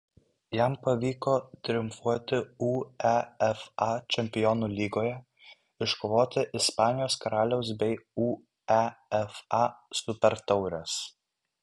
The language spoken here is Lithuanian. jam pavyko triumfuoti uefa čempionų lygoje iškovoti ispanijos karaliaus bei uefa supertaures